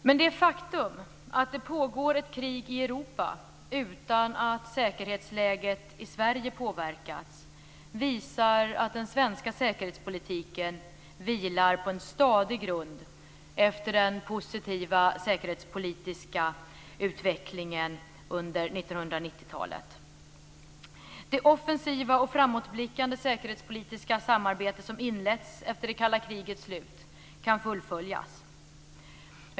Men det faktum att det pågår ett krig i Europa utan att säkerhetsläget i Sverige påverkats visar att den svenska säkerhetspolitiken vilar på en stadig grund efter den positiva säkerhetspolitiska utvecklingen under 1990 Det offensiva och framåtblickande säkerhetspolitiska samarbete som inletts efter det kalla krigets slut kan fullföljas.